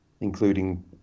including